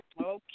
Okay